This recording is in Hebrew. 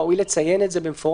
ראוי לציין את זה במפורש.